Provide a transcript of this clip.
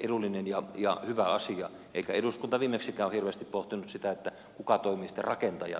edullinen ja hyvä asia eikä eduskunta viimeksikään hirveästi pohtinut sitä kuka toimii sitten rakentajana